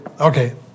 okay